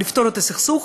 לפתור את הסכסוך,